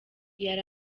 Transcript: yari